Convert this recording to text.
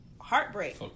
heartbreak